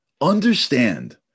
understand